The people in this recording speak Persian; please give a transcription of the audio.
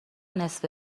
نصف